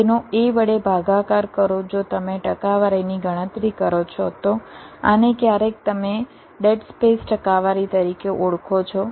તેથી તેનો A વડે ભાગાકાર કરો જો તમે ટકાવારીની ગણતરી કરો છો તો આને ક્યારેક તમે ડેડ સ્પેસ ટકાવારી તરીકે ઓળખો છો